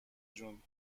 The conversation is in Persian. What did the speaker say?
جون